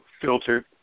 Filtered